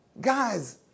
Guys